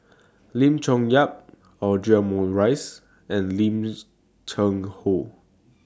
Lim Chong Yah Audra Morrice and Lim's Cheng Hoe